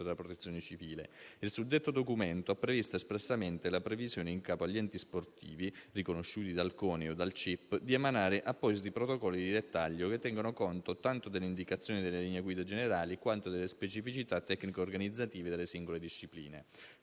della Protezione civile. Il suddetto documento ha previsto espressamente la previsione, in capo agli enti sportivi riconosciuti dal CONI o dal CIP, di emanare appositi protocolli di dettaglio, che tengano conto tanto delle indicazioni delle linee guida Generali, quanto delle specificità tecniche organizzative delle singole discipline.